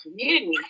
community